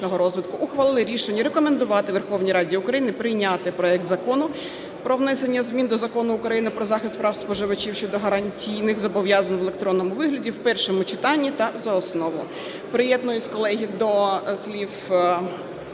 ухвалили рішення рекомендувати Верховній Раді України прийняти проект Закону про внесення змін до Закону України "Про захист прав споживачів" щодо гарантійних зобов'язань в електронному вигляді в першому читанні та за основу. Приєднуюся, колеги, до слів